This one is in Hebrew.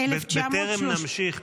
בטרם נמשיך,